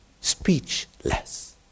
speechless